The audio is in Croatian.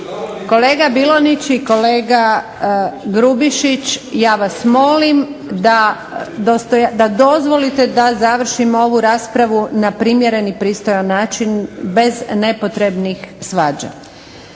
Kolega Bilonjić i kolega Grubišić ja vas molim da dozvolite da dovršimo ovu raspravu na primjeren i pristojan način bez nepotrebnih svađa.